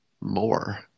more